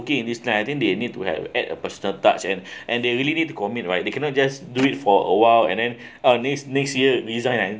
okay this like I think they need to have add a personal touch and and they really need to commit right they cannot just do it for a while and then uh next next year resign then